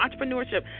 entrepreneurship